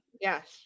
yes